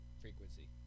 frequency